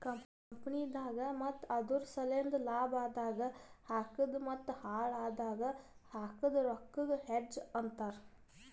ಕಂಪನಿದಾಗ್ ಮತ್ತ ಅದುರ್ ಸಲೆಂದ್ ಲಾಭ ಆದಾಗ್ ಹಾಕದ್ ಮತ್ತ ಹಾಳ್ ಆದಾಗ್ ಹಾಕದ್ ರೊಕ್ಕಾಗ ಹೆಡ್ಜ್ ಅಂತರ್